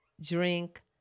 drink